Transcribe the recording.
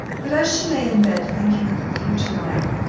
but as she lay in bed, thinking of her future life,